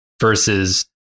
versus